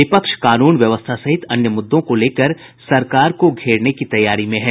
विपक्ष कानून व्यवस्था सहित अन्य मुद्दों को लेकर सरकार को घेरने की तैयारी में है